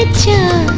to